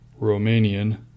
Romanian